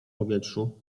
powietrzu